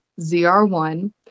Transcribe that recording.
ZR1